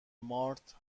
مارت